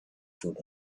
food